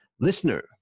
Listener